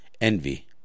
envy